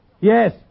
Yes